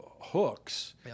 hooks